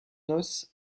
noces